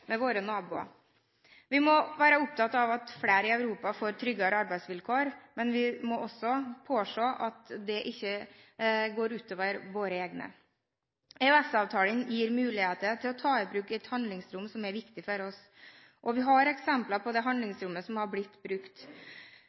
med våre naboer. Vi må være opptatt av at flere i Europa får tryggere arbeidsvilkår, men vi må også påse at det ikke går ut over våre egne. EØS-avtalen gir muligheter til å ta i bruk et handlingsrom som er viktig for oss, og vi har eksempler på det handlingsrommet som har blitt brukt.